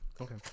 Okay